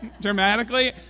dramatically